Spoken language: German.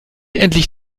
endlich